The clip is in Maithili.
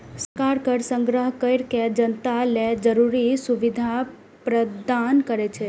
सरकार कर संग्रह कैर के जनता लेल जरूरी सुविधा प्रदान करै छै